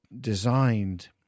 designed